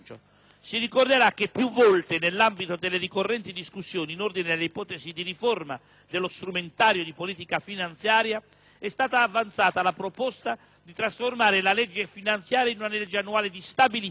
Si ricorderà che più volte, nell'ambito delle ricorrenti discussioni in ordine alle ipotesi di riforma dello «strumentario» di politica finanziaria, è stata avanzata la proposta di trasformare la legge finanziaria in una legge annuale di stabilità,